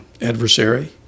adversary